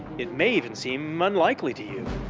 it may even seem unlikely to you.